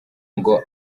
ngo